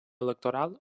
electoral